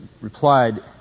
replied